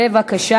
בבקשה.